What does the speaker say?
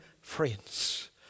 friends